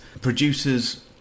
producers